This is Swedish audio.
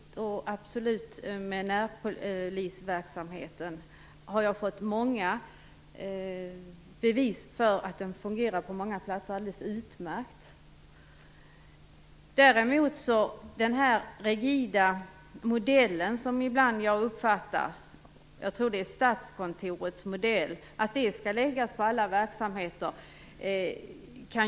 Jag har fått många bevis för att närpolisverksamheten fungerar alldeles utmärkt på många platser. Däremot kan det vara mer tveksamt att den här som jag uppfattar det rigida modellen - jag tror att det är Statskontorets modell - skall läggas på alla verksamheter.